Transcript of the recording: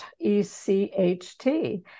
E-C-H-T